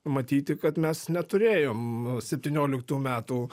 matyti kad mes neturėjom septynioliktų metų